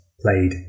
played